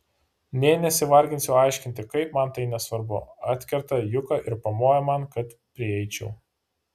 nė nesivarginsiu aiškinti kaip man tai nesvarbu atkerta juka ir pamoja man kad prieičiau